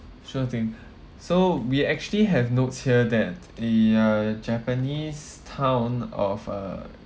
sure thing so we actually have notes here that the uh japanese town of uh